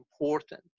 important